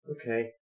Okay